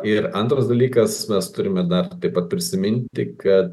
ir antras dalykas mes turime dar taip pat prisiminti kad